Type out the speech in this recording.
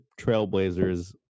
trailblazers